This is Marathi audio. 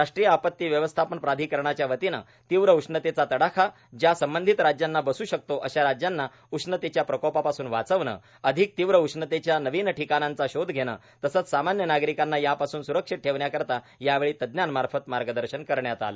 राष्ट्रीय आपत्ती व्यवस्थापन प्राधीकरणाच्या वतीनं तीव्र उष्णतेचा तडाखा ज्या संबंधित राज्यांना बस् शकतो अशा राज्यांना उष्णतेच्या प्रकोपासून वाचविणे अधिक तीव्र उष्णतेच्या नवीन ठिकाणांचा शोध घेणे तसंच सामान्य नागरिकांना यापासून सुरक्षित ठेवण्याकरिता यावेळी तज्ज्ञांमार्फत मार्गदर्शन करण्यात आलं